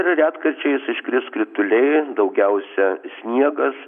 ir retkarčiais iškris krituliai daugiausia sniegas